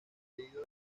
pedido